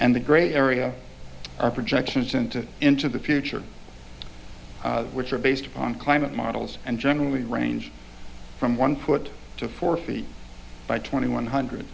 and the great area our projections into into the future which are based upon climate models and generally range from one foot to four feet by twenty one hundred